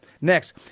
Next